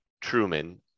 Truman